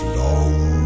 long